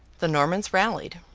the normans rallied,